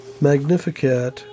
Magnificat